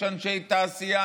יש אנשי תעשייה,